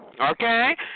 okay